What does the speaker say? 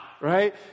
Right